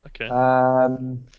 Okay